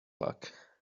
luck